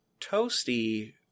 Toasty